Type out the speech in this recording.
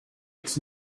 its